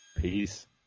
Peace